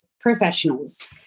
professionals